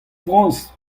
frañs